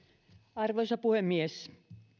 arvoisa puhemies